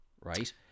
right